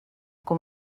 com